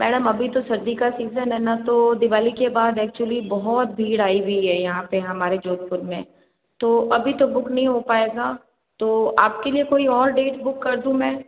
madam अभी तो सर्दी का सीजन है ना तो दिवाली के बाद एक्चुअली बहुत भीड़ आई हुई है यहाँ पे हमारे जोधपुर में तो अभी तो बुक नहीं हो पाएगा तो आपके लिए कोई और डेट बुक कर दूँ मैं